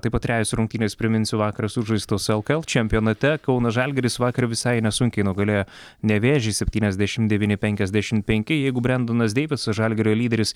taip pat trejos rungtynės priminsiu vakar sužaistos lkl čempionate kauno žalgiris vakar visai nesunkiai nugalėjo nevėžį septyniasdešim devyni penkiasdešim penki jeigu brendonas deivisas žalgirio lyderis